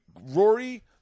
Rory